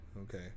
Okay